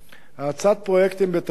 האצת פרויקטים בתשתית,